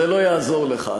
זה לא יעזור לך,